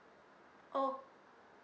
oh